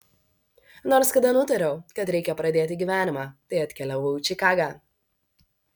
nors kada nutariau kad reikia pradėti gyvenimą tai atkeliavau į čikagą